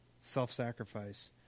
Self-sacrifice